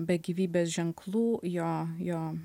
be gyvybės ženklų jo jo